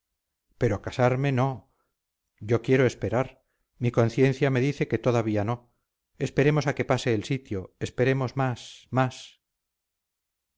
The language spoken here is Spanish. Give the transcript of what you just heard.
pero casarme no yo quiero esperar mi conciencia me dice que todavía no esperemos a que pase el sitio esperemos más más